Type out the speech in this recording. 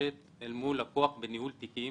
הנדרשת אל מול לקוח בניהול תיקים,